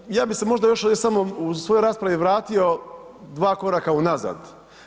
Dakle, ja bi se možda još samo u svojoj raspravi vratio dva koraka unazad.